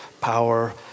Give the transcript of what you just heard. power